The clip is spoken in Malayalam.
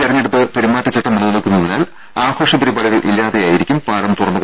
തെരഞ്ഞെടുപ്പ് പെരുമാറ്റച്ചട്ടം നിലനിൽക്കുന്നതിനാൽ ആഘോഷ പരിപാടികൾ ഇല്ലാതെയായിരിക്കും പാലം തുറന്ന് കൊടുക്കുന്നത്